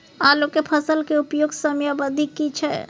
आलू के फसल के उपयुक्त समयावधि की छै?